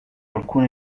alcune